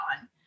on